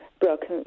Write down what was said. broken